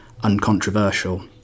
uncontroversial